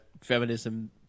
feminism